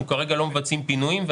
אנחנו כרגע לא מבצעים פינויים.